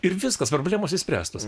ir viskas problemos išspręstos